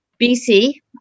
BC